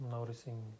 Noticing